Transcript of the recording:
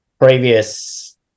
previous